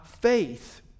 faith